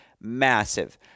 massive